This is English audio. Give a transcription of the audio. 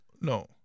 no